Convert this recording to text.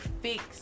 fix